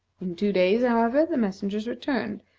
in two days, however, the messengers returned,